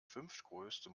fünftgrößte